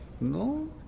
No